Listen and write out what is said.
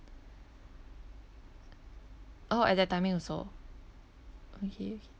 oh at that timing also okay okay